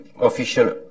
official